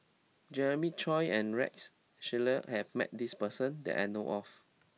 Jeremiah Choy and Rex Shelley has met this person that I know of